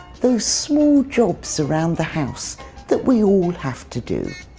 those small jobs around the house that we all have to do.